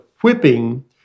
whipping